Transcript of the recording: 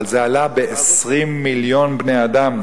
אבל זה עלה ב-20 מיליון בני-אדם,